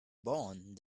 bone